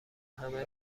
همه